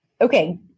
Okay